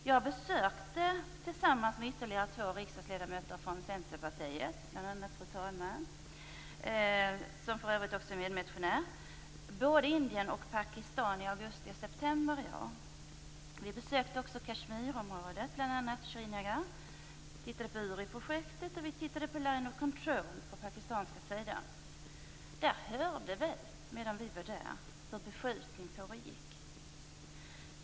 Jag besökte tillsammans med ytterligare två riksdagsledamöter från Centerpartiet, bl.a. fru talman som för övrigt också är medmotionär, både Indien och Vi besökte också Kashmirområdet, bl.a. Shrinagar. Vi tittade på URI-projektet och på line of control på pakistanska sidan. Där hörde vi, medan vi var där, hur beskjutning pågick.